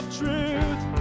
truth